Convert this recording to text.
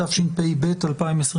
התשפ"ב-2022?